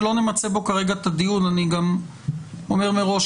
שלא נמצה בו כרגע את הדיון אני גם אומר מראש,